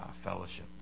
fellowship